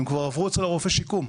הם כבר עברו אצל רופא השיקום,